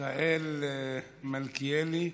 מיכאל מלכיאלי,